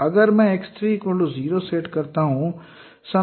तो अगर मैं x3 0 सेट करता हूं